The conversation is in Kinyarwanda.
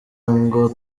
ngo